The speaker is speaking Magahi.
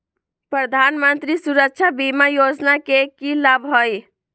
प्रधानमंत्री सुरक्षा बीमा योजना के की लाभ हई?